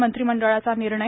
मंत्रिमंडळाचा निर्णय